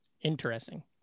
interesting